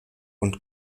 und